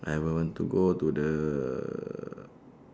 I will want to go to the